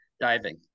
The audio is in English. Diving